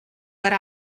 per